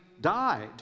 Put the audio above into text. died